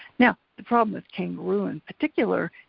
now, the problem with kangaroo in particular,